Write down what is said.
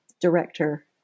director